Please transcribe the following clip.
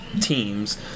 teams